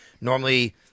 Normally